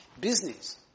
business